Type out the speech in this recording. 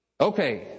Okay